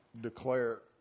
declare